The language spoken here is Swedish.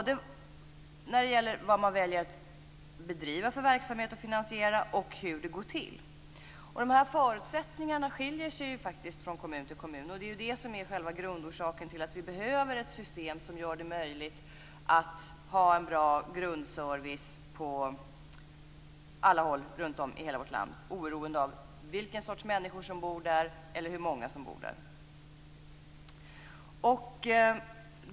Det gäller då vilken verksamhet man väljer att bedriva, hur den finansieras och hur det hela går till. De här förutsättningarna skiljer sig från kommun till kommun. Det är det som är själva grundorsaken till att vi behöver ett system som gör det möjligt att ha en bra grundservice runtom i hela vårt land, oberoende av vilken sorts människor som bor där eller hur många som bor där.